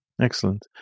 Excellent